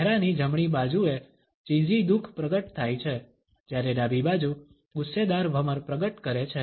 ચહેરાની જમણી બાજુએ ચીઝી દુઃખ પ્રગટ થાય છે જ્યારે ડાબી બાજુ ગુસ્સેદાર ભમર પ્રગટ કરે છે